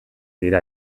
dira